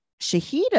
Shahida